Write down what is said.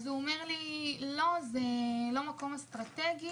הוא אמר: לא, זה לא מקום אסטרטגי.